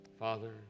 Father